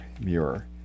Muir